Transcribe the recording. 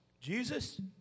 Jesus